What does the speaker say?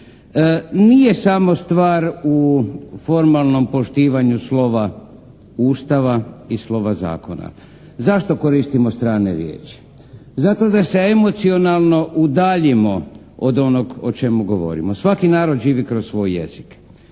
Nije samo stvar u formalnom poštivanju slova Ustava i slova zakona. Zašto koristimo strane riječi. Zato da se emocionalno udaljimo od onog o čemu govorimo. Svaki narod živi kroz svoj jezik.